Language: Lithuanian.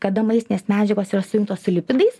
kada maistinės medžiagos yra sujungtos su lipidais